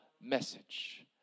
message